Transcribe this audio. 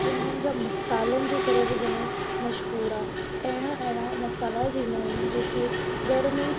हिननि जा मसालन जी करे बि घणो मशहूरु आहे अहिड़ा अहिड़ा मसाला थींदा आहिनि जेके घर में ई